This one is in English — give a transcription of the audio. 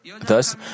Thus